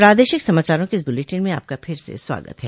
प्रादेशिक समाचारों के इस बुलेटिन में आपका फिर से स्वागत है